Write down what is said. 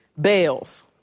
bails